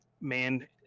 man